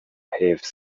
حفظ